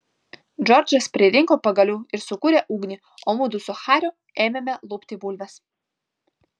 džordžas pririnko pagalių ir sukūrė ugnį o mudu su hariu ėmėme lupti bulves